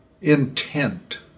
intent